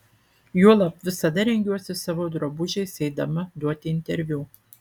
juolab visada rengiuosi savo drabužiais eidama duoti interviu